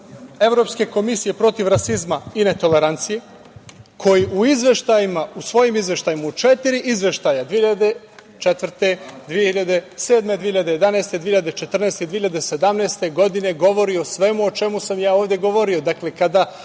Evropske komisije protiv rasizma i netolerancije koji u izveštajima, u svojim izveštajima u četiri izveštaja 2004, 2007, 2011, 2014. i 2017. godine govori o svemu o čemu sam ja ovde govorio.